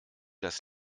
das